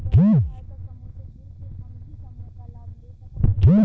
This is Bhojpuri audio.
स्वयं सहायता समूह से जुड़ के हम भी समूह क लाभ ले सकत हई?